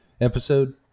episode